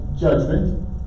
judgment